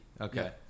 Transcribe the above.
Okay